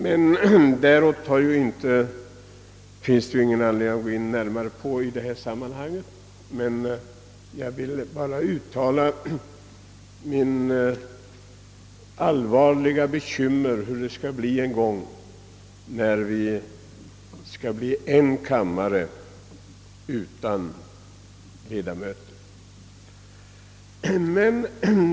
— Men på dessa ting finns det inte anledning att gå närmare in i detta sammanhang. Jag vill bara ge uttryck åt mina allvarliga bekymmer inför hur det skall bli när vi får en kammare — utan ledamöter.